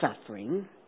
suffering